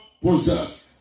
possessed